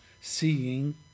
seeing